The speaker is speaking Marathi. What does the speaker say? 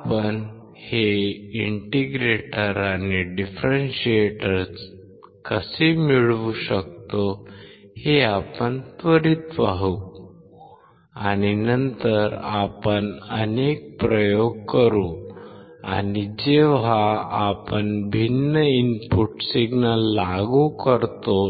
आपण हे इंटिग्रेटर आणि डिफरेंशिएटर कसे मिळवू शकतो हे आपण त्वरीत पाहू आणि नंतर आपण अनेक प्रयोग करू आणि जेव्हा आपण भिन्न इनपुट सिग्नल लागू करतो